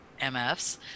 MFs